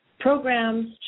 Programs